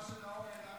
ומה שנאור העלה?